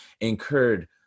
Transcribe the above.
incurred